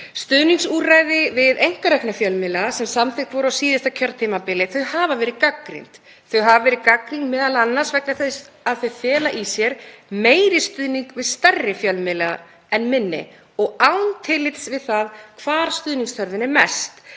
Stuðningsúrræði við einkarekna fjölmiðla sem samþykkt voru á síðasta kjörtímabili hafa verið gagnrýnd. Þau hafa verið gagnrýnd m.a. vegna þess að þau fela í sér meiri stuðning við stærri fjölmiðla en minni og án tillits til þess hvar stuðningsþörfin er mest.